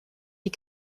die